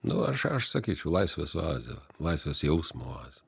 nu aš aš sakyčiau laisvės oazė laisvės jausmo oazė